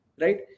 right